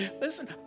listen